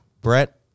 Brett